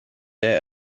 der